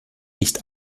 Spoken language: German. nicht